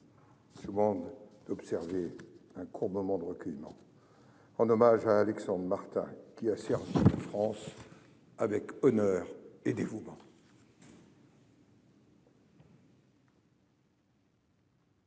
demande d'observer un court moment de recueillement en hommage à Alexandre Martin, qui a servi la France avec honneur et dévouement.